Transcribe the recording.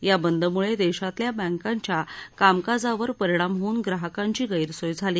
या बंदम्ळे देशातल्या बँकांच्या कामकाजावर परिणाम होऊन ग्राहकांची गैरसोय झाली